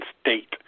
state